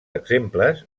exemples